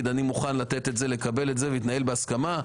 שהיא מוכנה לתת או לקבל ויתנהל בהסכמה,